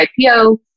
IPO